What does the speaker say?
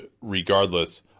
regardless